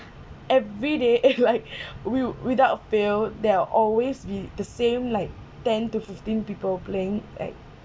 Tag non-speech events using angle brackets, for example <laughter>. every day <laughs> it's like <breath> will without fail there will always be the same like ten to fifteen people playing like